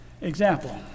example